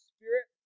Spirit